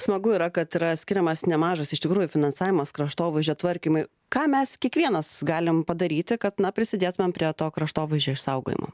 smagu yra kad yra skiriamas nemažas iš tikrųjų finansavimas kraštovaizdžio tvarkymui ką mes kiekvienas galim padaryti kad na prisidėtumėm prie to kraštovaizdžio išsaugojimo